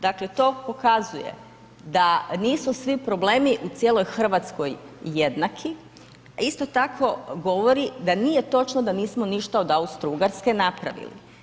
Dakle to pokazuje da nisu svi problemi u cijeloj Hrvatskoj jednaki a isto tako govori da nije točno da nismo ništa od Austrougarske napravili.